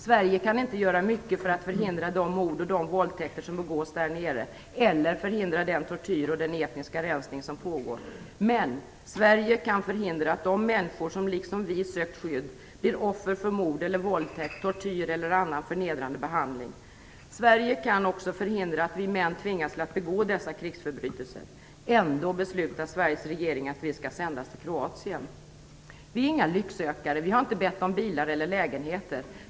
Sverige kan inte göra mycket för att förhindra de mord och de våldtäkter som begås där nere eller förhindra den tortyr och den etniska rensning som pågår. Men Sverige kan förhindra att de människor som liksom vi har sökt skydd blir offer för mord eller våldtäkt, tortyr eller annan förnedrande behandling. Sverige kan också förhindra att vi män tvingas begå dessa krigsförbrytelser. Ändå beslutar Sveriges regering att vi skall sändas till Kroatien. Vi är inga lycksökare. Vi har inte bett om bilar eller lägenheter.